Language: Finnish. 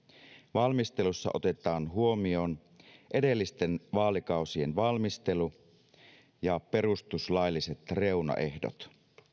valmistelussa otetaan huomioon edellisten vaalikausien valmistelu ja perustuslailliset reunaehdot